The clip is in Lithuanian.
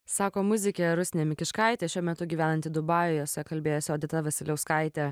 sako muzikė rusnė mikiškaitė šiuo metu gyvenanti dubajuje su ja kalbėjosi odeta vasiliauskaitė